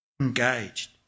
engaged